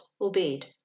obeyed